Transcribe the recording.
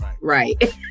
right